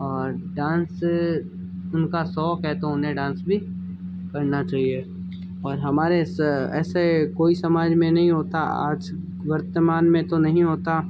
और डांस उनका शौक है तो उन्हें डांस भी करना चाहिए और हमारे इस ऐसे कोई समाज में नहीं होता आज वर्तमान में तो नहीं होता